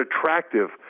attractive